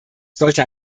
sollte